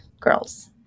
girls